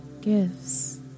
Gifts